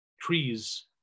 trees